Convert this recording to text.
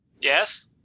Yes